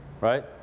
Right